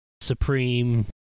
Supreme